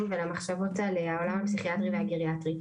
ולכל המחשבות על העולם הפסיכיאטרי והגריאטרי.